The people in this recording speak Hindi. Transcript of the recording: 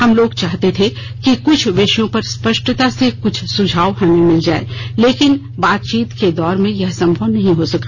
हम लोग चाहते थे कि कुछ विषयों पर स्पष्टता से कुछ सुझाव हमें मिल जाएं लेकिन बातचीत के दौर में यह संभव नहीं हो सका